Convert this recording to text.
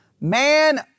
man